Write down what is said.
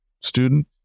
student